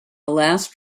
last